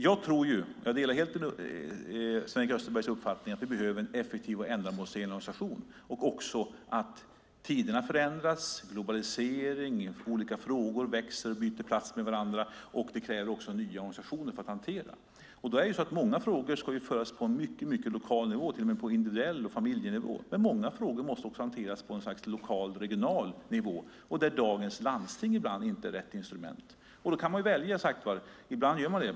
Jag delar helt Sven-Erik Österbergs uppfattning att vi behöver en effektiv och ändamålsenlig organisation. Tiderna förändras, globalisering, olika frågor växer och byter plats med varandra. Det kräver nya organisationer för att hantera frågorna. Många frågor ska föras fram på lokal nivå, till och med på individuell nivå eller familjenivå, men många frågor måste hanteras på lokal eller regional nivå. Där är dagens landsting ibland inte rätt instrument. Då kan man välja, och ibland gör man det.